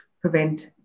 prevent